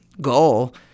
goal